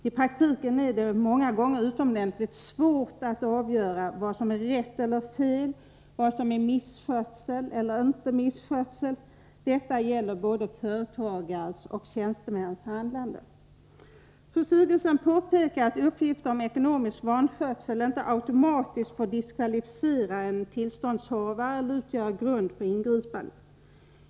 I praktiken är det många gånger utomordentligt svårt att avgöra vad som är rätt eller fel och vad som är misskötsel eller inte misskötsel. Detta gäller både företagares och tjänstemäns handlande. Fru Sigurdsen påpekar att uppgifter om ekonomisk vanskötsel inte automatiskt får diskvalificera en tillståndshavare eller utgöra grund för ingripande.